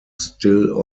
still